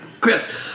Chris